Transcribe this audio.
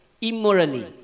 immorally